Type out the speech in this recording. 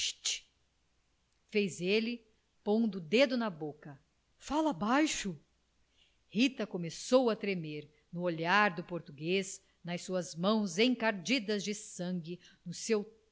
fez ele pondo o dedo na boca fala baixo rita começou a tremer no olhar do português nas suas mãos encardidas de sangue no seu